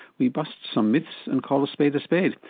we bust some myths and call a spade a spade,